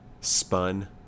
Spun